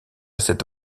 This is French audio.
cette